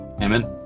Amen